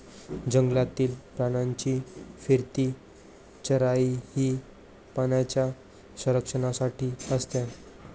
जंगलातील प्राण्यांची फिरती चराई ही प्राण्यांच्या संरक्षणासाठी असते